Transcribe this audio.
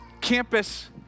campus